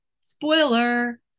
spoiler